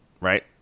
right